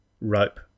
rope